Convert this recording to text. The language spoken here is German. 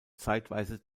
zeitweise